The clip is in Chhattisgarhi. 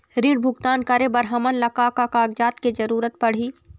ऋण भुगतान करे बर हमन ला का का कागजात के जरूरत पड़ही?